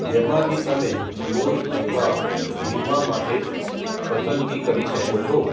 જેમાંથી તમે લોન અથવા વીમા માટે પસંદગી કરી શકો છો